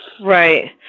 Right